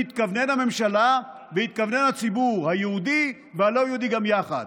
תתכוונן הממשלה ויתכוונן הציבור היהודי והלא-יהודי גם יחד